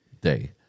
day